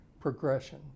progression